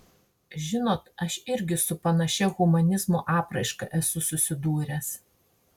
žinot aš irgi su panašia humanizmo apraiška esu susidūręs